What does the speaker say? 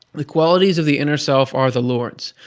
the qualities of the inner self are the lord's,